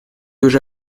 уже